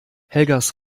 helgas